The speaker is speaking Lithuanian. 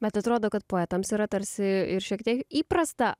bet atrodo kad poetams yra tarsi ir šiek tiek įprasta